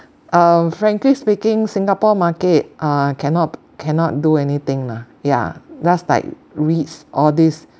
um frankly speaking singapore market uh cannot cannot do anything lah yeah just like REITs all these